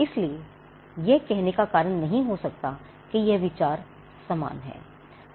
इसलिए यह कहने का कारण नहीं हो सकता है कि यह विचार समान है